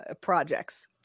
projects